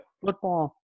football